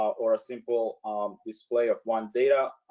or a simple display of one data,